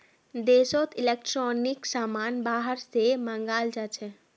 देशोत इलेक्ट्रॉनिक समान बाहर से मँगाल जाछे